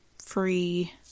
Free